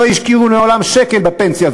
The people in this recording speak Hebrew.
שלא השקיעו מעולם שקל בפנסיה,